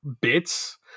bits